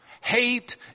Hate